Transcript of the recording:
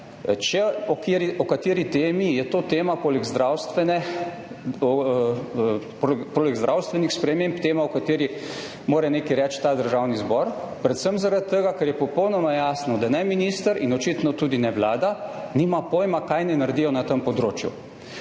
če o kateri temi, je to tema, poleg zdravstvenih sprememb, o kateri mora nekaj reči Državni zbor, predvsem zaradi tega, ker je popolnoma jasno, da ne minister in očitno tudi ne vlada nimajo pojma, kaj naj naredijo na tem področju.